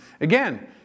Again